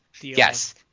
yes